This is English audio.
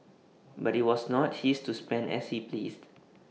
but IT was not his to spend as he pleased